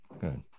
Good